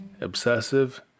obsessive